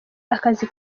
akazi